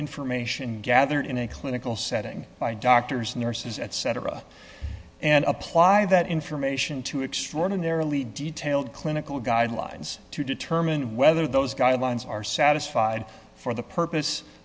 information gathered in a clinical setting by doctors nurses etc and apply that information to extraordinarily detailed clinical guidelines to determine whether those guidelines are satisfied for the purpose